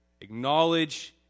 acknowledge